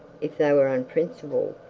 if they were unprincipled,